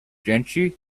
jency